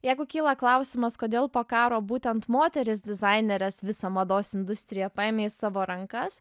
jeigu kyla klausimas kodėl po karo būtent moterys dizainerės visą mados industriją paėmė į savo rankas